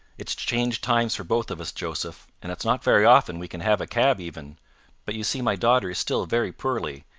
it's changed times for both of us, joseph, and it's not very often we can have a cab even but you see my daughter is still very poorly,